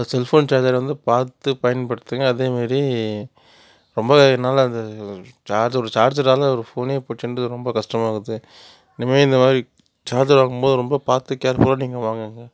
ஒரு செல்ஃபோன் சார்ஜரை வந்து பார்த்து பயன்படுத்துங்க அதே மாதிரி ரொம்ப நாள் அந்த சார்ஜர் சார்ஜரால ஒரு ஃபோனே போச்சின்றது ரொம்ப கஷ்டமாக இருக்குது இனிமேல் இந்த மாதிரி சார்ஜர் வாங்கும் போது ரொம்ப பார்த்து கேர்ஃபுல்லாக நீங்கள் வாங்குங்க